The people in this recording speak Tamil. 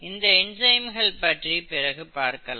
இந்த என்சைம்கள் பற்றி பிறகு பார்க்கலாம்